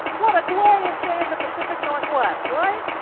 what a glorious day in the pacific northwest, right?